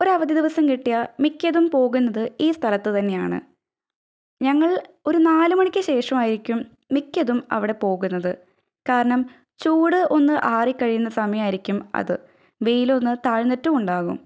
ഒരവധി ദിവസം കിട്ടിയാൽ മിക്കതും പോകുന്നത് ഈ സ്ഥലത്തു തന്നെയാണ് ഞങ്ങള് ഒരു നാലുമണിക്ക് ശേഷമായിരിക്കും മിക്കതും അവിടെ പോകുന്നത് കാരണം ചൂട് ഒന്നു ആറിക്കഴിയുന്ന സമയമായിരിക്കും അത് വെയിലൊന്നു താഴ്ന്നിട്ടുമുണ്ടാകും